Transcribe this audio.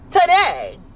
today